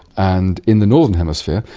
and, in the northern hemisphere,